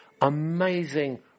amazing